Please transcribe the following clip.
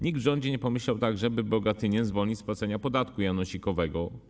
Nikt w rządzie nie pomyślał także, by Bogatynię zwolnić z płacenia podatku janosikowego.